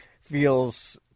feels